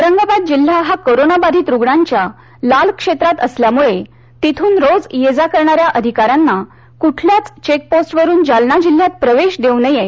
औरंगाबाद जिल्हा हा कोरोना बाधित रुग्णांच्या लाल क्षेत्रात असल्यामुळे तिथून रोज ये जा करणाऱ्या अधिकाऱ्यांना कुठल्याच चेकपोस्टवरून जालना जिल्ह्यात प्रवेश देऊ नये